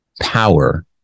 power